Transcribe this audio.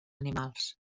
animals